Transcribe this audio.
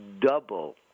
double